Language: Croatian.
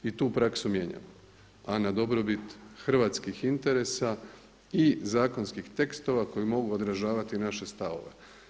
I tu praksu mijenjamo, a na dobrobit hrvatskih interesa i zakonskih tekstova koji mogu odražavati naše stavove.